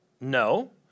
No